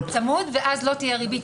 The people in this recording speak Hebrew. ואז לא תהיה ריבית,